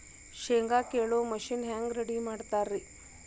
ಶೇಂಗಾ ಕೇಳುವ ಮಿಷನ್ ಹೆಂಗ್ ರೆಡಿ ಮಾಡತಾರ ರಿ?